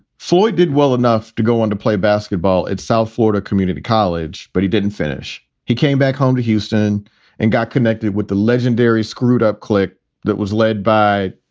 floyd did well enough to go on to play basketball at south florida community college, but he didn't finish. he came back home to houston and got connected with the legendary screwed up click that was led by,